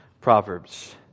Proverbs